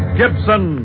gibson